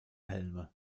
helme